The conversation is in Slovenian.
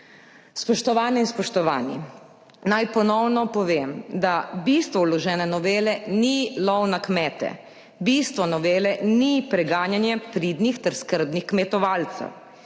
Spoštovane in spoštovani! Naj ponovno povem, da bistvo vložene novele ni lov na kmete. Bistvo novele ni preganjanje pridnih ter skrbnih kmetovalcev